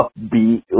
upbeat